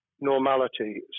normality